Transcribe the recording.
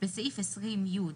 בסעיף 20(י),